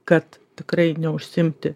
kad tikrai neužsiimti